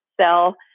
sell